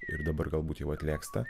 ir dabar galbūt jau atlėgsta